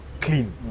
clean